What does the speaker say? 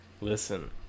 Listen